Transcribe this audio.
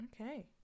Okay